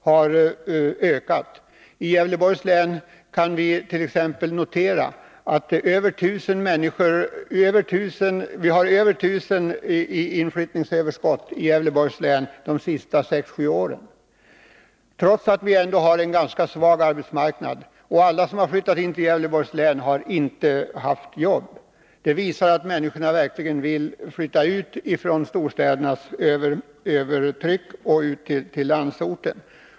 I fråga om t.ex. Gävleborgs län kan vi notera att det under de senaste sex sju åren har varit ett inflyttningstillskott på över 1000 personer, trots att länet har en ganska svag arbetsmarknad och trots att inte alla som flyttat dit haft jobb. Det visar att människorna verkligen vill flytta ut från storstädernas övertryck till landsorten.